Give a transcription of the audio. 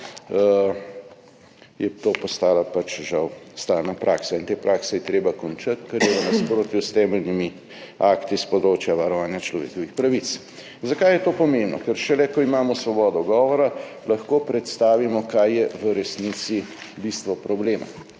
postale pač žal stalna praksa. Te prakse je treba končati, ker so v nasprotju s temeljnimi akti s področja varovanja človekovih pravic. Zakaj je to pomembno? Ker šele, ko imamo svobodo govora, lahko predstavimo, kaj je v resnici bistvo problema.